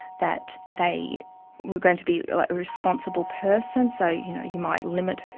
that they were going to be a responsible person, so you know you might limit,